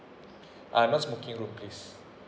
ah non-smoking room please